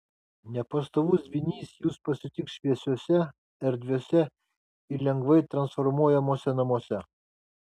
nepastovus dvynys jus pasitiks šviesiuose erdviuose ir lengvai transformuojamuose namuose